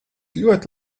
ļoti